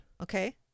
Okay